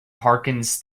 harkins